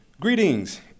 Greetings